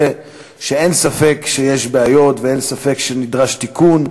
שאין ספק שיש בעיות ואין ספק שנדרש תיקון.